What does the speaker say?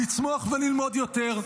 לצמוח וללמוד יותר.